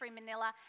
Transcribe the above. Manila